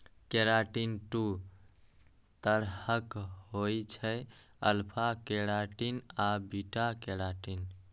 keratin दू तरहक होइ छै, अल्फा केराटिन आ बीटा केराटिन